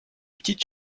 petites